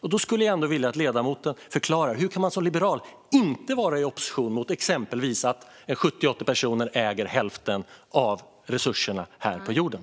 Jag skulle vilja att ledamoten förklarar: Hur kan man som liberal inte vara i opposition mot exempelvis att 70-80 personer äger hälften av resurserna här på jorden?